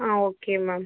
ah okay ma'am